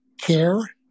care